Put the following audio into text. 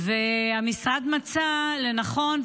המשרד מצא לנכון,